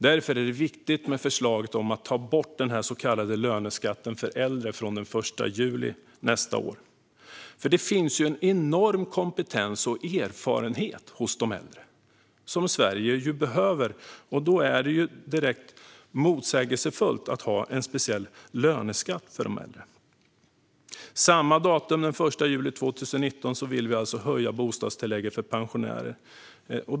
Därför är det viktigt med förslaget om att ta bort den så kallade löneskatten för äldre från den 1 juli nästa år. Det finns nämligen en enorm kompetens och erfarenhet hos de äldre som Sverige behöver. Då är det direkt motsägelsefullt att ha en speciell löneskatt för de äldre. Samma datum, den 1 juli 2019, vill vi alltså höja bostadstillägget för pensionärer.